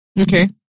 okay